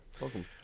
Welcome